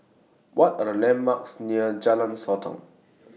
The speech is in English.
What Are The landmarks near Jalan Sotong